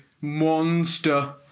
monster